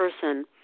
person